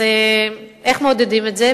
אז איך מעודדים את זה?